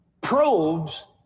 probes